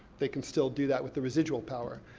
they can still do that with the residual power.